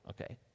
Okay